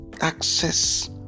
access